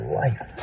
life